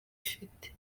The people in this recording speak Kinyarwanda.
ifite